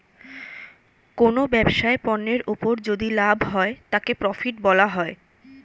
কোনো ব্যবসায় পণ্যের উপর যদি লাভ হয় তাকে প্রফিট বলা হয়